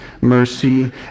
mercy